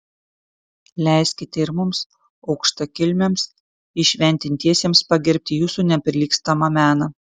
leiskite ir mums aukštakilmiams įšventintiesiems pagerbti jūsų neprilygstamą meną